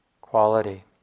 quality